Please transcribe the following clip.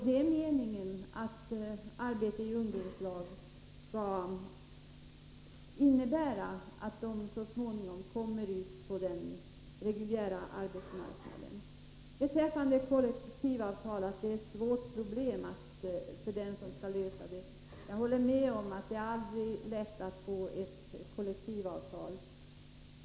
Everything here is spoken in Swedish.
Det är meningen att arbetet i ungdomslag skall innebära att de så småningom kommer ut på den reguljära arbetsmarknaden. Jag håller med om att det är ett svårt problem och att det aldrig är lätt att få kollektivavtal.